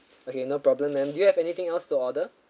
okay no problem ma'am do you have anything else to order